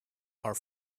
are